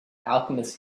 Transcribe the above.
alchemist